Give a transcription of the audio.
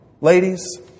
Ladies